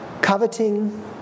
coveting